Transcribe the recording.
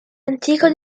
antico